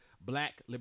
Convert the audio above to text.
Black